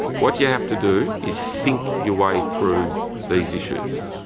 what you have to do is think your way through these issues.